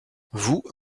vous